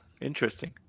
Interesting